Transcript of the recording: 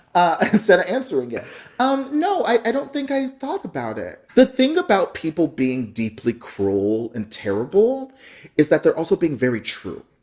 instead of answering it um no, i don't think i thought about it. the thing about people being deeply cruel and terrible is that they're also being very true,